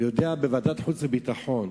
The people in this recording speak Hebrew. ויודע בוועדת החוץ והביטחון,